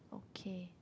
okay